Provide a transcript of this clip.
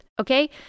Okay